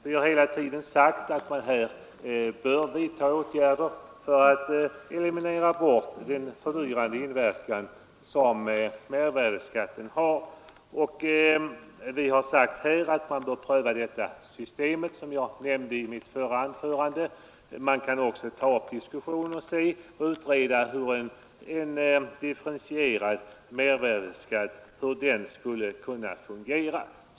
Vi har hela tiden sagt att man bör vidta åtgärder för att eliminera mervärdeskattens fördyrande inverkan och att man bör utreda det system jag nämnde i mitt förra anförande. Men man bör också utreda effekterna av en differentierad mervärdeskatt.